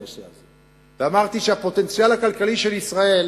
ואמרתי שהפוטנציאל הכלכלי של ישראל,